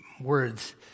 words